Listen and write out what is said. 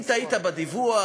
אם טעית בדיווח,